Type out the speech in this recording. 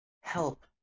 help